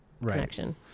connection